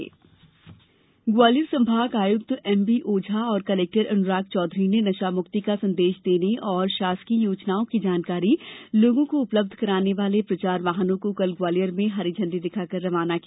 प्रचार वाहन ग्वालियर संभाग आयुक्त एमबी ओझा और कलेक्टर अनुराग चौधरी ने नशामुक्ति का संदेश देने एवं शासकीय योजनाओं की जानकारी लोगों को उपलब्ध कराने वाले प्रचार वाहनों को कल ग्वालियर में हरी झण्डी दिखाकर रवाना किया